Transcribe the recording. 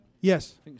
Yes